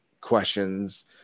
questions